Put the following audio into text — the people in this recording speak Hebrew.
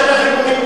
שלנו.